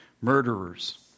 Murderers